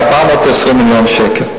היה 420 מיליון ש"ח.